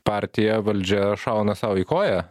partija valdžia šauna sau į koją